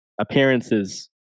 appearances